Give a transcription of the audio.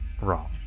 wrong